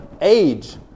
age